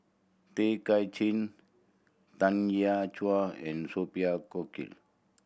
Tay Kay Chin Tanya Chua and Sophia Cooke